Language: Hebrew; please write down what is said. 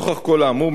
נוכח כל האמור,